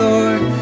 Lord